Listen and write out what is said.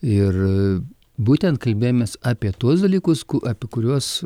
ir būtent kalbėjomės apie tuos dalykus apie kuriuos